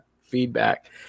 feedback